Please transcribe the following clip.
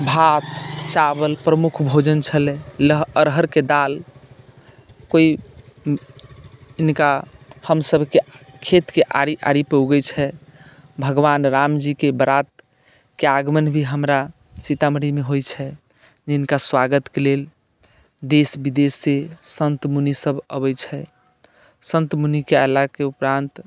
भात चावल प्रमुख भोजन छलै लह अरहरके दालि कोइ हिनका हमसभके खेतके आड़ि आड़िपर उगैत छै भगवान रामजीके बरातके आगमन भी हमरा सीतामढ़ीमे होइत छै जिनका स्वागतके लेल देश विदेशसँ सन्त मुनिसभ अबैत छै सन्त मुनिके अयलाके उपरान्त